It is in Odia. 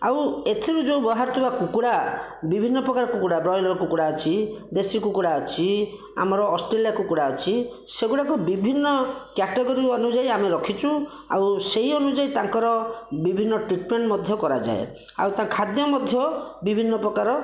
ଆଉ ଏଥିରୁ ଯେଉଁ ବାହାରୁ ଥିବା କୁକୁଡ଼ା ବିଭିନ୍ନ ପ୍ରକାର କୁକୁଡ଼ା ବ୍ରୟଲର କୁକୁଡ଼ା ଅଛି ଦେଶୀ କୁକୁଡ଼ା ଅଛି ଆମର ଅଷ୍ଟ୍ରେଲିଆ କୁକୁଡ଼ା ଅଛି ସେଗୁଡ଼ାକୁ ବିଭିନ୍ନ କାଟାଗୋରି ଅନୁଯାୟୀ ଆମେ ରଖିଛୁ ଆଉ ସେହି ଅନୁଯାୟୀ ତାଙ୍କର ବିଭିନ୍ନ ଟ୍ରିଟମେଣ୍ଟ ମଧ୍ୟ କରାଯାଏ ଆଉ ତା ଖାଦ୍ୟ ମଧ୍ୟ ବିଭିନ୍ନ ପ୍ରକାର